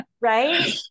Right